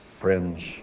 friends